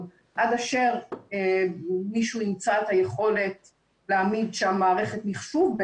עד אשר מישהו ימצא את היכולת להעמיד שם מערכת מחשוב,